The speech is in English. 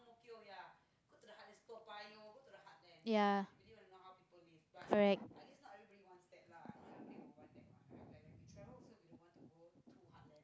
ya correct